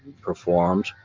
performed